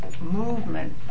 movement